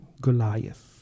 Goliath